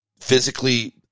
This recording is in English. physically